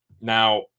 Now